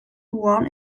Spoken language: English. worn